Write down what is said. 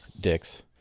dicks